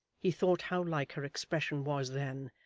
he thought how like her expression was then,